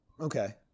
okay